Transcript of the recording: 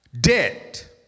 debt